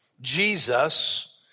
Jesus